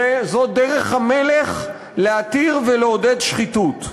זו דרך המלך להתיר ולעודד שחיתות.